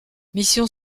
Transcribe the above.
mission